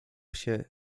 się